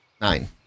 Nine